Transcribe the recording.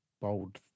bold